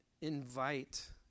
invite